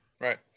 Right